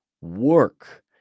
work